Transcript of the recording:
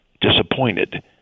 disappointed